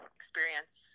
experience